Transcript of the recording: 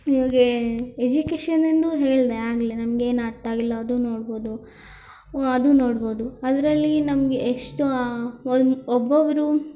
ಇವಾಗ ಎಜುಕೇಷನನ್ನು ಹೇಳಿದೆ ಆಗಲೇ ನಮ್ಗೇನು ಅರ್ಥ ಆಗಿಲ್ಲ ಅದು ನೋಡ್ಬೋದು ಅದು ನೋಡ್ಬೋದು ಅದರಲ್ಲಿ ನಮಗೆ ಎಷ್ಟೋ ಒನ್ ಒಬ್ಬೊಬ್ರು